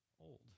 old